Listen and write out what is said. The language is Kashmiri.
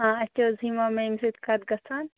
آ اَتہِ چھِ حظ ہیٖما میمہِ سۭتۍ کَتھ گَژھان